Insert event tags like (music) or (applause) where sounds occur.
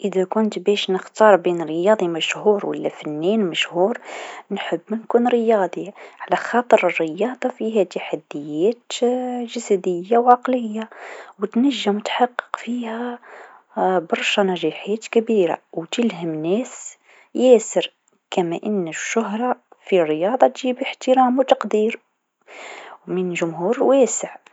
إذا كنت باش نختار بين رياضي مشهور و لا فنان مشهور نحب نكون رياضي على خاطر الرياضه فيها تحديات جسديه و عقليه و تنجم تحقق فيها (hesitation) برشا نجاحات كبيره و تلهم ناس ياسر كما أن الشهر في الرياضه تجيب الإحترام و التقدير من جمهور واسع.